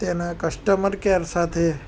તેના customer care સાથે